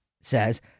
says